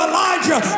Elijah